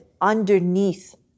underneath